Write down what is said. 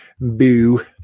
Boo